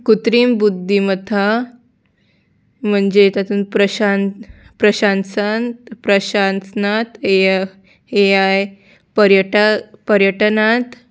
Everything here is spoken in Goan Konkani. कृत्रीम बुद्दीमत्ता म्हणजे तातूंत प्रशांत प्रशासनांत प्रशासनांत ए ए आय पर्यटा पर्यटनांत